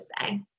say